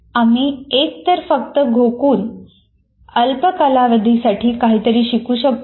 आपण एकतर फक्त घोकून अल्प कालावधीसाठी काहीतरी शिकू शकतो